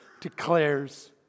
declares